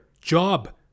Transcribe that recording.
job